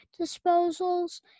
disposals